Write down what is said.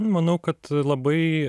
manau kad labai